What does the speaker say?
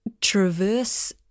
traverse